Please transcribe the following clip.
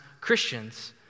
Christians